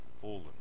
fallen